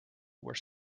were